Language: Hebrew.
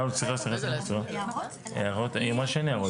היא אמרה שאין הערות.